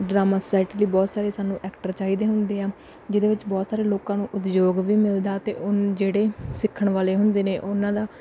drama set ਲਈ ਬਹੁਤ ਸਾਰੇ ਸਾਨੂੰ ਐਕਟਰ ਚਾਹੀਦੇ ਹੁੰਦੇ ਆ ਜਿਹਦੇ ਵਿੱਚ ਬਹੁਤ ਸਾਰੇ ਲੋਕਾਂ ਨੂੰ ਉਦਯੋਗ ਵੀ ਮਿਲਦਾ ਅਤੇ ਉਹ ਜਿਹੜੇ ਸਿੱਖਣ ਵਾਲੇ ਹੁੰਦੇ ਨੇ ਉਹਨਾਂ ਦਾ